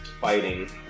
fighting